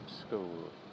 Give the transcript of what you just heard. School